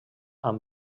amb